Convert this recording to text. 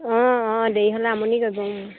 অঁ অঁ দেৰি হ'লে আমনি কৰিব